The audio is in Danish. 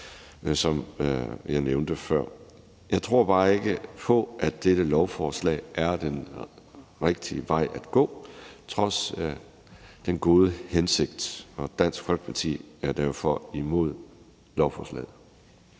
som jeg nævnte før. Jeg tror bare ikke på, at dette lovforslag er den rigtige vej at gå trods den gode hensigt, og Dansk Folkeparti er derfor imod lovforslaget.